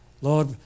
Lord